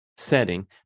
setting